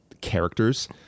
characters